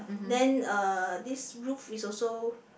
then uh this roof is also